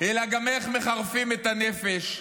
אלא גם איך מחרפים את הנפש,